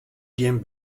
gjin